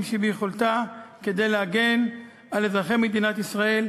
שביכולתה כדי להגן על אזרחי מדינת ישראל.